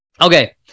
okay